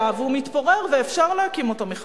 היה והוא מתפורר, ואפשר להקים אותו מחדש.